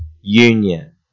union